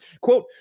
Quote